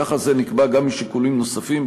יחס זה נקבע גם משיקולים נוספים,